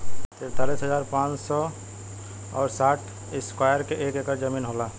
तिरालिस हजार पांच सौ और साठ इस्क्वायर के एक ऐकर जमीन होला